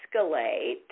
escalate